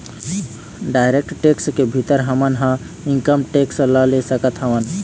direct tax के भीतर हमन ह इनकम टेक्स ल ले सकत हवँन